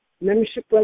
membership